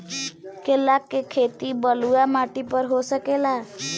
केला के खेती बलुआ माटी पर हो सकेला का?